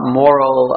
moral